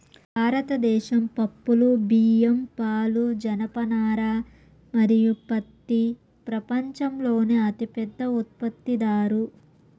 భారతదేశం పప్పులు, బియ్యం, పాలు, జనపనార మరియు పత్తి ప్రపంచంలోనే అతిపెద్ద ఉత్పత్తిదారు